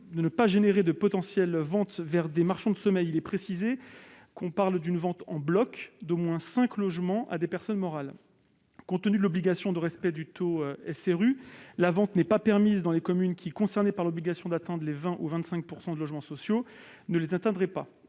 de ne pas générer de potentielles ventes au profit de marchands de sommeil, il est précisé que celui-ci ne s'applique qu'aux ventes en bloc d'au moins cinq logements à des personnes morales. Compte tenu de l'obligation de respect du taux SRU, la vente n'est pas permise dans les communes qui, concernées par l'obligation d'atteindre 20 % ou 25 % de logements sociaux, ne les atteindraient pas.